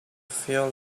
feel